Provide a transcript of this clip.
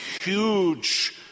huge